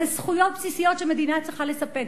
אלה זכויות בסיסיות שמדינה צריכה לספק.